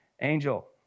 Angel